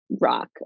rock